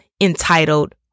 entitled